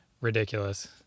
Ridiculous